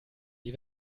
die